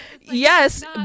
Yes